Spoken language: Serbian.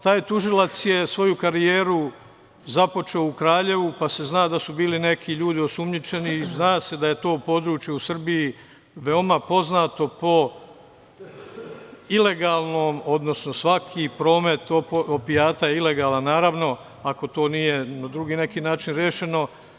Taj tužilac je svoju karijeru započeo u Kraljevu, pa se zna da su bili neki ljudi osumnjičeni i zna se da je to područje u Srbiji veoma poznato po ilegalnom, odnosno, svaki promet opijata je ilegalan, naravno, ako to nije na neki drugi način rešeno.